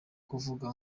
kuvuga